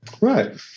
Right